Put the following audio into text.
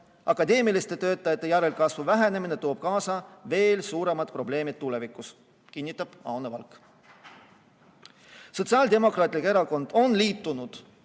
akadeemiliste töötajate järelkasvu vähenemine toob kaasa veel suuremad probleemid tulevikus, kinnitab Aune Valk. Sotsiaaldemokraatlik Erakond on liitunud